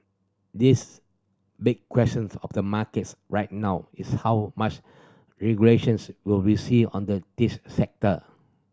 this big questions of the markets right now is how much regulations we will see on the tech sector